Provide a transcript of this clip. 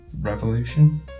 revolution